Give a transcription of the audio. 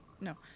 No